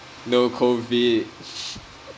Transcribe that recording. no cold feet